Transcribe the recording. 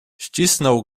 ścisnął